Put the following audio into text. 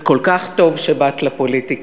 וכל כך טוב שבאת לפוליטיקה,